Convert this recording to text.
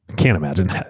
can't imagine.